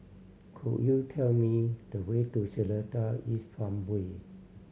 could you tell me the way to Seletar East Farmway